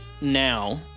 now